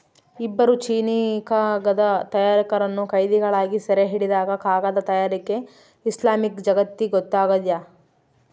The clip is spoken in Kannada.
ಇಬ್ಬರು ಚೀನೀಕಾಗದ ತಯಾರಕರನ್ನು ಕೈದಿಗಳಾಗಿ ಸೆರೆಹಿಡಿದಾಗ ಕಾಗದ ತಯಾರಿಕೆ ಇಸ್ಲಾಮಿಕ್ ಜಗತ್ತಿಗೊತ್ತಾಗ್ಯದ